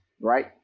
right